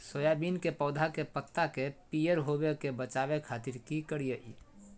Soybean के पौधा के पत्ता के पियर होबे से बचावे खातिर की करिअई?